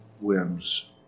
whims